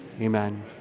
Amen